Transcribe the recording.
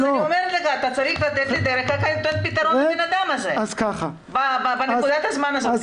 אז אתה צריך לתת פתרון לאדם הזה בנקודת הזמן הזאת.